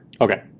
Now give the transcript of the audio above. Okay